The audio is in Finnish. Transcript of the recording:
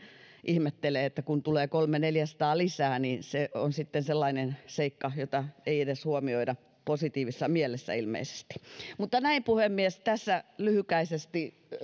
ihmettelee että tulee kolmesataa viiva neljäsataa lisää se on sitten sellainen seikka jota ei edes huomioida positiivisessa mielessä ilmeisesti mutta näin puhemies tässä lyhykäisesti